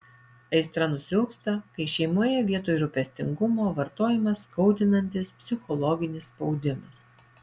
aistra nusilpsta kai šeimoje vietoj rūpestingumo vartojamas skaudinantis psichologinis spaudimas